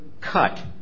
cut